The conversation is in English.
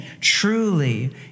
truly